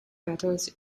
battles